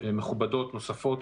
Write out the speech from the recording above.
מכובדות נוספות